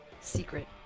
secret